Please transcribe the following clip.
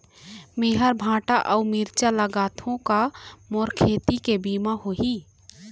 मेहर भांटा अऊ मिरचा लगाथो का मोर खेती के बीमा होही?